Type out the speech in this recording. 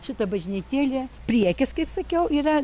šita bažnytėlė priekis kaip sakiau yra